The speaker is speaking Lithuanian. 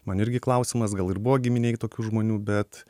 man irgi klausimas gal ir buvo giminėj tokių žmonių bet